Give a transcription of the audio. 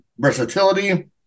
versatility